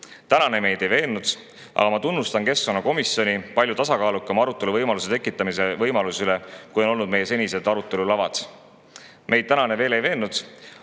Tänane meid ei veennud. Aga ma tunnustan keskkonnakomisjoni palju tasakaalukama arutelu võimaluse tekitamise eest, kui on olnud meie senised arutelulavad. Meid tänane veel ei veennud.